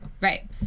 right